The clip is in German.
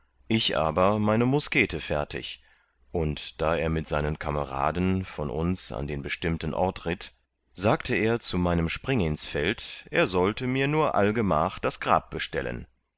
ich aber meine muskete fertig und da er mit seinen kameraden von uns an den bestimmten ort ritt sagte er zu meinem springinsfeld er sollte mir nur allgemach das grab bestellen